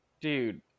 dude